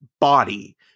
body